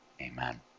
Amen